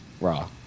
Raw